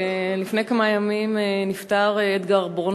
לפני כמה ימים נפטר אדגר ברונפמן,